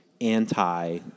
Anti